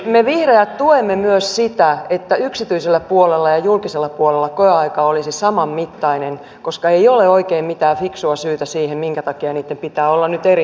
me vihreät tuemme myös sitä että yksityisellä puolella ja julkisella puolella koeaika olisi saman mittainen koska ei ole oikein mitään fiksua syytä siihen minkä takia niitten pitää olla nyt erimittaiset